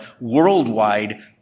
worldwide